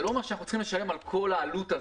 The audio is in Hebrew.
זה לא אומר שאנחנו צריכים לשלם על כל העלות הזאת,